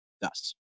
thus